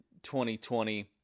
2020